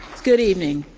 good evening.